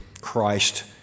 Christ